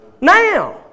now